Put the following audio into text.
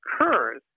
occurs